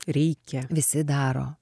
reikia visi daro